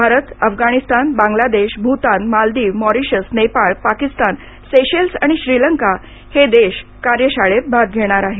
Bharat Afghanistan Bangladesh Bhutan Maldives Mauritius Nepal Pakistan Seychelles आणि श्रीलंका हे देश कार्यशाळेत भाग घेणार आहेत